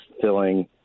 filling